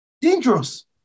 Dangerous